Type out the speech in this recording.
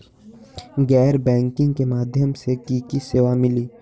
गैर बैंकिंग के माध्यम से की की सेवा मिली?